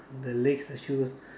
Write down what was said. the legs the shoes